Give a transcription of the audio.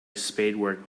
spadework